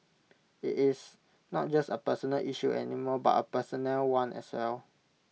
IT is not just A personal issue any more but A personnel one as well